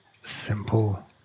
simple